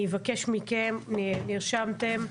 נרשמתם,